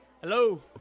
Hello